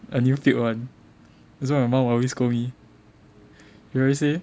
a new filled one that's why my mum will always scold me she always say